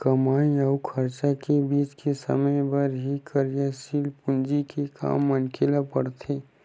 कमई अउ खरचा के बीच के समे बर ही कारयसील पूंजी के काम मनखे ल पड़थे